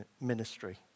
ministry